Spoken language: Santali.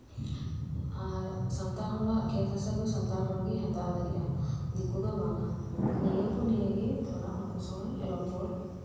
ᱟᱨ ᱥᱟᱱᱛᱟᱲ ᱦᱚᱲᱟᱜ ᱠᱷᱮᱛ ᱦᱟᱥᱟ ᱫᱚ ᱥᱟᱱᱛᱟᱲ ᱦᱚᱲ ᱜᱮᱭ ᱦᱟᱛᱟᱣ ᱫᱟᱲᱮᱭᱟᱜᱼᱟ ᱫᱤᱠᱳ ᱫᱚ ᱵᱟᱝᱟ ᱱᱤᱭᱟᱹ ᱠᱚ ᱱᱤᱭᱮ ᱜᱮ ᱛᱷᱚᱲᱟ ᱩᱱᱠᱩ ᱥᱟᱝᱜᱮᱧ ᱨᱚᱯᱚᱲ